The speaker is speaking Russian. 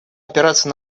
опираться